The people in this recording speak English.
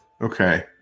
Okay